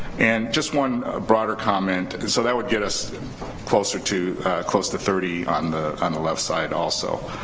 and just one broader comment, so that would get us closer to close to thirty on the and left side also